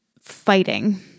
fighting